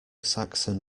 saxon